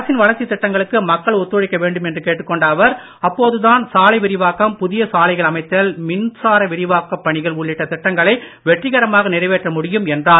அரசின் வளர்ச்சித் திட்டங்களுக்கு மக்கள் ஒத்துழைக்க வேண்டும் என்று கேட்டுக்கொண்ட அவர் அப்பொழுதுதான் சாலை விரிவாக்கம் புதிய சாலைகள் அமைத்தல் மின்சார விரிவாக்கப் பணிகள் உள்ளிட்ட திட்டங்களை வெற்றிகரமாக நிறைவேற்ற முடியும் என்றார்